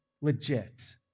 legit